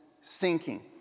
sinking